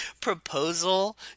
proposal